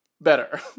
better